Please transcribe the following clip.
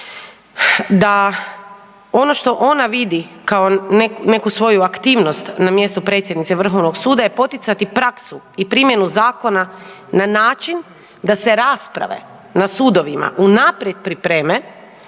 da ono što ona vidi kao neku svoju aktivnost na mjestu predsjednice Vrhovnog suda je poticati praksu i primjenu zakona na način da se rasprave na sudovima unaprijed pripreme